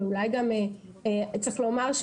ואולי גם צריך לומר,